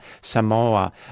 Samoa